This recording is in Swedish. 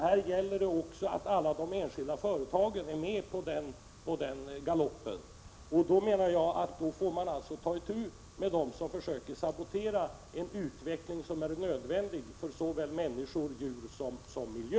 Här gäller det också att alla de enskilda företagen är med på galoppen. Då får man, menar jag, ta itu med dem som försöker sabotera en utveckling som är nödvändig för människor, djur och miljö.